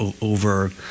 over